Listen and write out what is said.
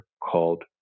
called